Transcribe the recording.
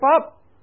up